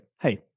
Hey